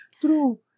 True